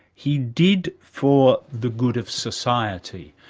he did for the good of society,